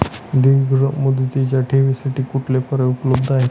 दीर्घ मुदतीच्या ठेवींसाठी कुठले पर्याय उपलब्ध आहेत?